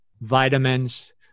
vitamins